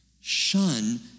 Shun